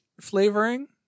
flavoring